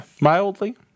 Mildly